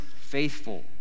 faithful